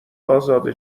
ازاده